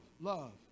love